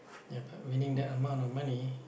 ya but winning that amount of money